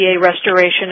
Restoration